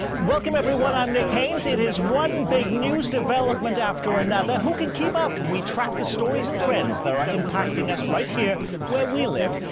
welcome everyone. i'm nick haines. it is one big news development after another. who can keep up? we track the stories and trends that are impacting us right here where we live.